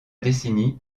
décennie